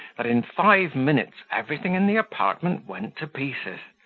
that in five minutes everything in the apartment went to pieces,